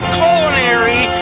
culinary